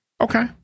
Okay